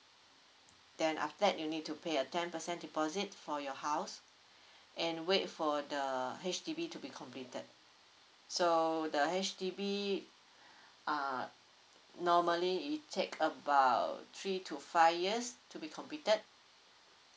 then after that you need to pay a ten percent deposit for your house and wait for the H_D_B to be completed so the H_D_B uh normally it take about three to five years to be completed